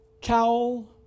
cowl